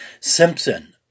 Simpson